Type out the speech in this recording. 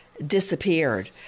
disappeared